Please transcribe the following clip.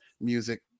music